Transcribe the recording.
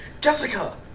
jessica